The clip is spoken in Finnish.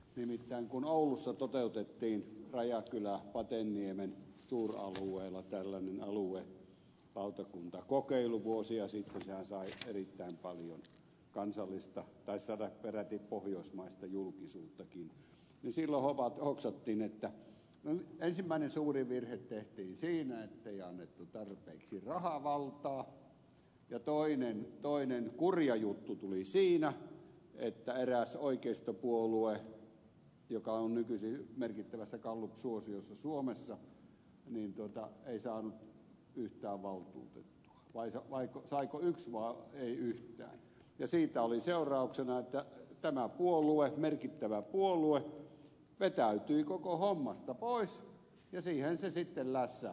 nimittäin kun oulussa toteutettiin rajakyläpateniemen suuralueella tällainen aluelautakuntakokeilu vuosia sitten sehän sai erittäin paljon kansallista taisi saada peräti pohjoismaistakin julkisuutta niin silloin hoksattiin että ensimmäinen suuri virhe tehtiin siinä ettei annettu tarpeeksi rahavaltaa ja toinen kurja juttu tuli siinä että eräs oikeistopuolue joka on nykyisin merkittävässä gallupsuosiossa suomessa ei saanut yhtään valtuutettua vai saiko yhden ja siitä oli seurauksena että tämä puolue merkittävä puolue vetäytyi koko hommasta pois ja siihen se sitten lässähti